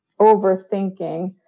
overthinking